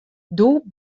doe